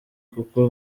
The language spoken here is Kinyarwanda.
kuko